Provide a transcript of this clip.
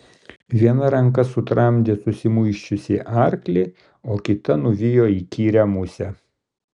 viena ranka sutramdė susimuisčiusį arklį o kita nuvijo įkyrią musę